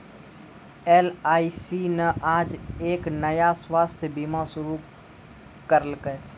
LIC न आज एक नया स्वास्थ्य बीमा शुरू करैलकै